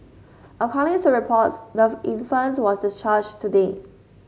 according to reports the infant was discharged today